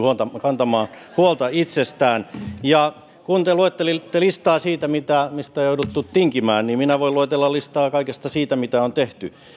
kantamaan huolta itsestään kun te luettelitte listaa siitä mistä on jouduttu tinkimään niin minä voin luetella listaa kaikesta siitä mitä on tehty